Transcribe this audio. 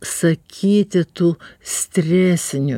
sakyti tų stresinių